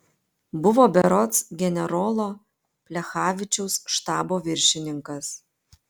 buvo berods generolo plechavičiaus štabo viršininkas